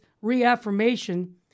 reaffirmation